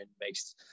makes